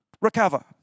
recover